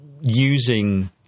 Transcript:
using